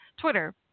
Twitter